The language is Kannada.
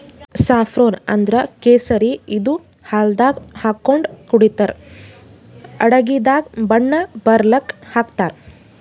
ಸಾಫ್ರೋನ್ ಅಂದ್ರ ಕೇಸರಿ ಇದು ಹಾಲ್ದಾಗ್ ಹಾಕೊಂಡ್ ಕುಡಿತರ್ ಅಡಗಿದಾಗ್ ಬಣ್ಣ ಬರಲಕ್ಕ್ ಹಾಕ್ತಾರ್